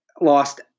lost –